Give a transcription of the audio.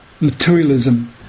materialism